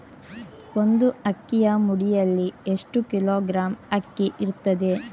ಒಂದು ಅಕ್ಕಿಯ ಮುಡಿಯಲ್ಲಿ ಎಷ್ಟು ಕಿಲೋಗ್ರಾಂ ಅಕ್ಕಿ ಇರ್ತದೆ?